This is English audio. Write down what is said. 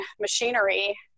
machinery